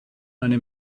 eine